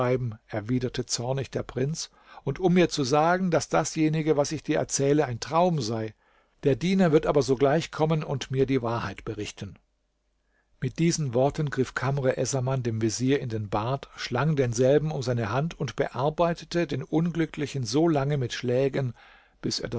erwiderte zornig der prinz und um mir zu sagen daß dasjenige was ich dir erzähle ein traum sei der diener wird aber sogleich kommen und mir die wahrheit berichten mit diesen worten griff kamr essaman dem vezier in den bart schlang denselben um seine hand und bearbeitete den unglücklichen so lange mit schlägen bis